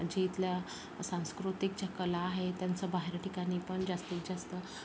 तिथल्या सांस्कृतिक ज्या कला आहे त्याचं बाहेर ठिकाणी पण जास्तीत जास्त